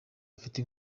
afite